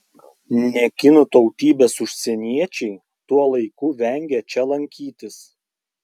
ne kinų tautybės užsieniečiai tuo laiku vengia čia lankytis